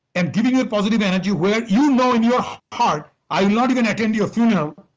and giving your positive energy where you know in your heart i'm not even attend your funeral,